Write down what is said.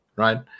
Right